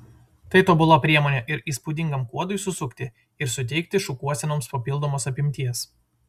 tai tobula priemonė ir įspūdingam kuodui susukti ir suteikti šukuosenoms papildomos apimties